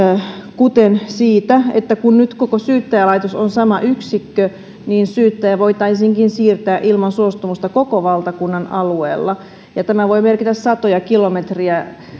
kuten siitä että kun nyt koko syyttäjälaitos on sama yksikkö niin syyttäjä voitaisiinkin siirtää ilman suostumusta koko valtakunnan alueella tämä voi merkitä satoja kilometrejä